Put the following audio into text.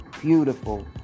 Beautiful